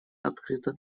открыта